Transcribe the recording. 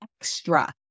extra